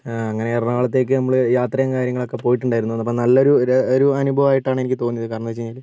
അങ്ങനെ എറണാകുളത്തേക്ക് നമ്മൾ യാത്രയും കാര്യങ്ങളൊക്കെ പോയിട്ടുണ്ടായിരുന്നു അപ്പോൾ നല്ലൊരു ഒരു ഒരു അനുഭവമായിട്ടാണ് എനിക്ക് തോന്നിയത് കാരണം എന്ന് വെച്ചുകഴിഞ്ഞാൽ